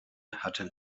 hatten